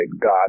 God